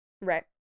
Right